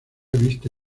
viste